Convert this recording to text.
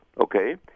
Okay